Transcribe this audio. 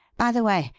by the way,